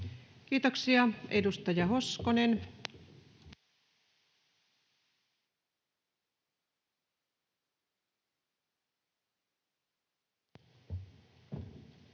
Kiitoksia. — Edustaja Hoskonen. [Speech